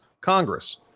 Congress